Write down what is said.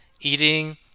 eating